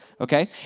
okay